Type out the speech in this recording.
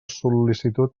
sol·licitud